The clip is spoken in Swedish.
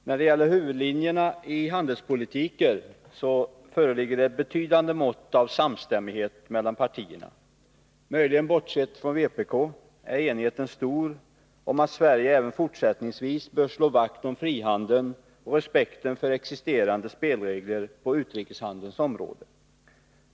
Herr talman! När det gäller huvudlinjerna i handelspolitiken föreligger det ett betydande mått av samstämmighet mellan partierna. Möjligen bortsett från vpk är enigheten stor om att att Sverige även fortsättningsvis bör slå vakt om frihandeln och respekten för existerande spelregler på utrikeshandelns område.